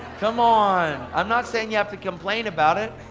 come on, i'm not saying you have to complain about it.